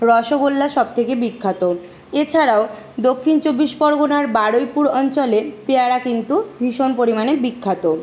রসগোল্লা সবথেকে বিখ্যাত এছাড়াও দক্ষিণ চব্বিশ পরগনার বারুইপুর অঞ্চলে পেয়ারা কিন্তু ভীষণ পরিমাণে বিখ্যাত